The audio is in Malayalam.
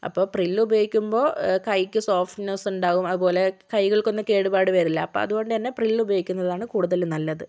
അപ്പോൾ പ്രില്ലുപയോഗിക്കുമ്പോൾ കൈക്ക് സോഫ്റ്റ്നസ് ഉണ്ടാകും അത്പോലെ കൈകൾക്കൊന്നും കേടുപാട് വരില്ല അപ്പോൾ അതുകൊണ്ടുതന്നെ പ്രില്ലുപയോഗിക്കുന്നതാണ് കൂടുതലും നല്ലത്